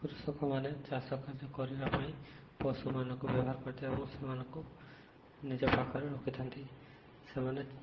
କୃଷକମାନେ ଚାଷ କାର୍ଯ୍ୟ କରିବା ପାଇଁ ପଶୁମାନଙ୍କୁ ବ୍ୟବହାର କରିଥାନ୍ତି ଏବଂ ସେମାନଙ୍କୁ ନିଜ ପାଖରେ ରଖିଥାନ୍ତି ସେମାନେ